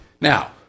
Now